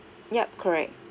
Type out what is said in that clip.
yup correct